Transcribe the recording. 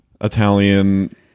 Italian